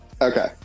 Okay